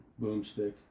boomstick